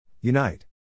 Unite